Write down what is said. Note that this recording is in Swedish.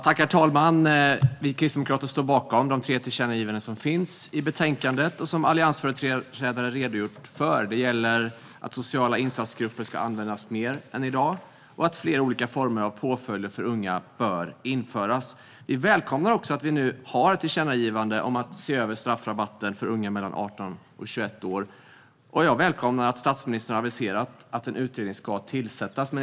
Herr talman! Vi kristdemokrater står bakom de tre tillkännagivanden som finns i betänkandet och som alliansföreträdare redogjort för. Det gäller att sociala insatsgrupper ska användas mer än i dag och att flera olika former av påföljder för unga bör införas. Vi välkomnar också att vi nu har ett tillkännagivande om att se över straffrabatter för unga mellan 18 och 21 år, och jag välkomnar att statministern har aviserat att en utredning ska tillsättas.